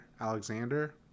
Alexander